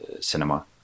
cinema